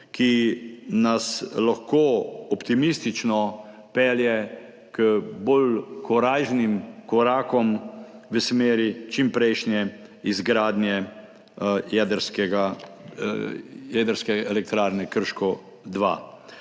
ki nas lahko optimistično pelje k bolj korajžnim korakom v smeri čimprejšnje izgradnje jedrske elektrarne Krško